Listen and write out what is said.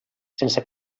sense